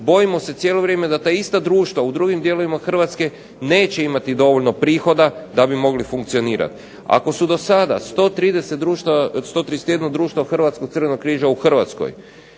bojimo se cijelo vrijeme da ta ista društva u drugim dijelovima Hrvatske neće imati dovoljno prihoda da bi mogli funkcionirati. Ako su do sada 131 društvo Hrvatskog Crvenog križa u Hrvatskoj